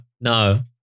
no